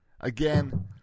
Again